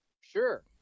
Sure